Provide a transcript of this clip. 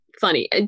funny